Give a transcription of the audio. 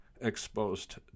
exposed